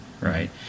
right